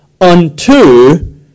unto